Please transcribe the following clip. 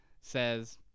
Says